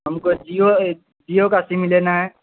ہم کو جیو جیو کا سم لینا ہے